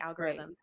algorithms